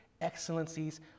excellencies